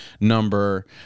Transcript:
number